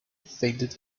fainted